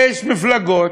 יש מפלגות,